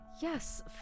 Yes